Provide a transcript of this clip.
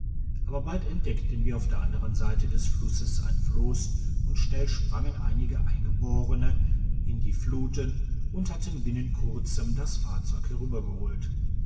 aber bald entdeckten wir auf der anderen seite des flusses ein floss und schnell sprangen einige eingeborene in die fluten und hatten binnen kurzem das fahrzeug